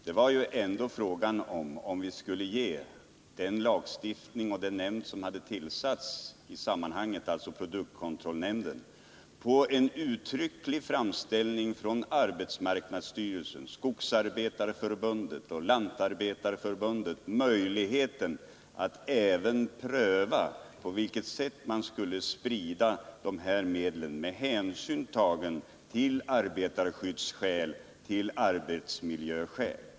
Det gällde ändå om vi skulle ge den nämnd, produktkontrollnämn 65 den, som hade tillsatts i sammanhanget — på en uttrycklig begäran av arbetarskyddsstyrelsen, Skogsarbetareförbundet och Lantarbetareförbundet — möjligheten att även pröva på vilket sätt man borde sprida de här medlen med hänsyn till arbetarskydd och arbetsmiljöskäl.